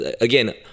Again